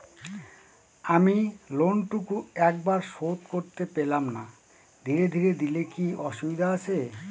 আমি লোনটুকু একবারে শোধ করতে পেলাম না ধীরে ধীরে দিলে কি অসুবিধে আছে?